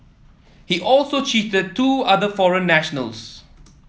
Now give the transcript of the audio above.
he also cheated the two other foreign nationals